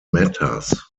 matters